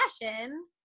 fashion